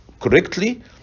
correctly